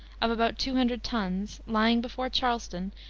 of about two hundred tons, lying before charleston,